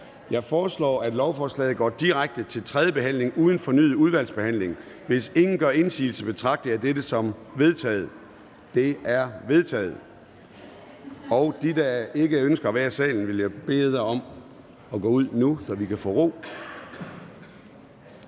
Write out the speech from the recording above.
Jeg foreslår, at lovforslaget går direkte til tredje behandling uden fornyet udvalgsbehandling. Hvis ingen gør indsigelse, betragter jeg dette som vedtaget. Det er vedtaget. Dem, der ikke ønsker at være i salen, vil jeg bede om at gå ud nu, så vi kan få ro.